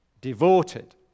devoted